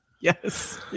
yes